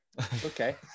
Okay